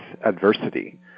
adversity